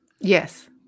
Yes